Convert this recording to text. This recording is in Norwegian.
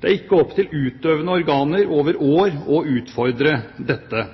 Det er ikke opp til utøvende organer over år å utfordre dette.